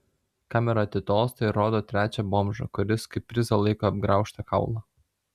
kamera atitolsta ir rodo trečią bomžą kuris kaip prizą laiko apgraužtą kaulą